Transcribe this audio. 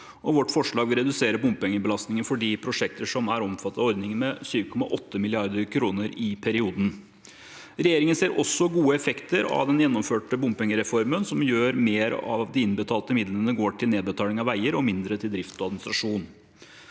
Vårt forslag vil redusere bompengebelastningen for de prosjektene som er omfattet av ordningen, med 7,8 mrd. kr i perioden. – Regjeringen ser også gode effekter av den gjennomførte bompengereformen, som gjør at mer av de innbetalte midlene går til nedbetaling av veier og mindre til drift og administrasjon.